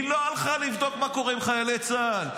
היא לא הלכה לבדוק מה קורה עם חיילי צה"ל,